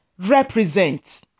represents